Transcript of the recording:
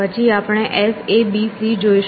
પછી આપણે s a b c જોઈશું